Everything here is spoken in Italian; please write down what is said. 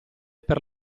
per